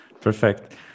Perfect